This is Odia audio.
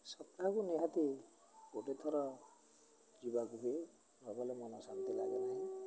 ସପ୍ତାହକୁ ନିହାତି ଗୋଟେଥର ଯିବାକୁ ହୁଏ ନ ଗଲେ ମନ ଶାନ୍ତି ଲାଗେ ନାହିଁ